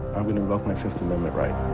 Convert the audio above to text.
i'm gonna invoke my fifth amendment right.